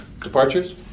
departures